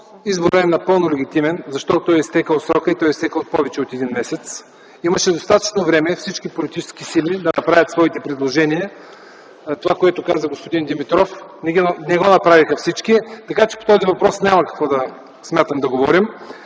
изборът е напълно легитимен, защото е изтекъл срокът и то е изтекъл с повече от един месец. Имаше достатъчно време всички политически сили да направят своите предложения. Каза го господин Димитров – не го направиха всички. По този въпрос не смятам да говорим.